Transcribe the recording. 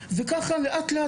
וככה לאט-לאט,